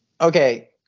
okay